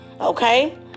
Okay